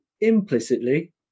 implicitly